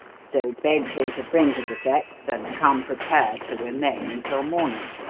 so begged him to bring his effects, and come prepared to remain until morning.